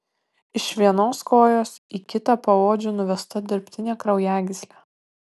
iš vienos kojos į kitą paodžiu nuvesta dirbtinė kraujagyslė